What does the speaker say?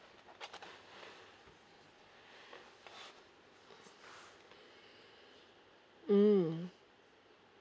mm